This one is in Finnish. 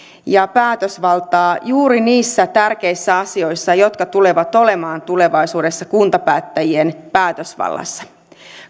ja päätösvaltaa juuri niissä tärkeissä asioissa jotka tulevat olemaan tulevaisuudessa kuntapäättäjien päätösvallassa